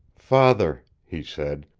father, he said,